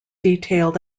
detailed